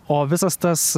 o visas tas